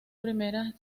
primera